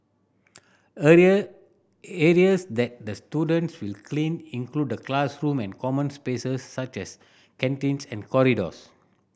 area areas that the students will clean include the classroom and common spaces such as canteens and corridors